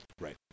right